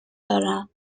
دارم